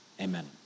amen